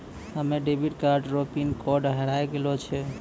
हमे debit card रो pin code हेराय गेलो छै